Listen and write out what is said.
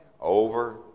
over